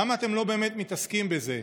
למה אתם לא באמת מתעסקים בזה,